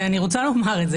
ואני רוצה לומר את זה.